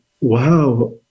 wow